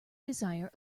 desire